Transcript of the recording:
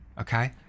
okay